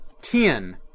ten